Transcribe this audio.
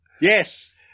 Yes